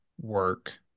work